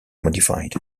modified